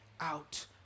out